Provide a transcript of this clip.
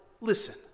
Listen